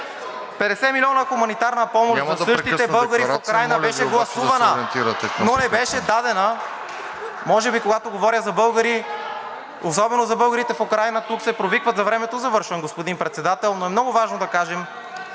реплики.) АНГЕЛ ГЕОРГИЕВ: …за същите българи в Украйна беше гласувана, но не беше дадена. Може би, когато говоря за българи, особено за българите в Украйна, тук се провикват за времето. Завършвам, господин Председател, но е много важно да кажем: